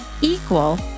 equal